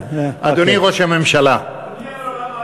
אדוני היושב-ראש,